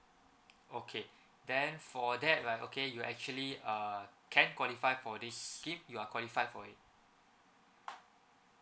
okay then for that right okay you actually uh can qualify for this scheme you are qualified for it